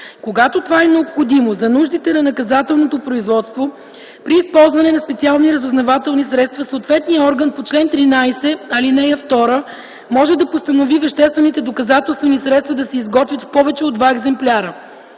Когато това е необходимо за нуждите на наказателното производство, при използване на специални разузнавателни средства съответният орган по чл. 13, ал. 2 може да постанови веществените доказателствени средства да се изготвят в повече от два екземпляра.